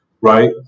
Right